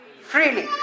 freely